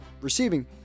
Receiving